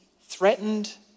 threatened